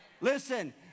listen